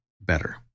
better